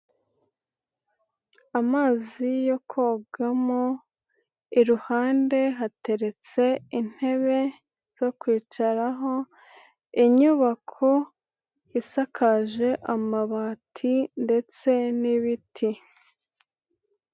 Amazi yo kogamo, iruhande hateretse intebe zo kwicaraho, inyubako isakaje amabati ndetse n'ibiti.